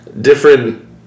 different